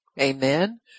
Amen